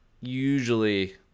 usually